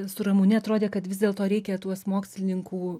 su ramunė atrode kad vis dėlto reikia tuos mokslininkų